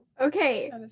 okay